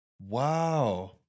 Wow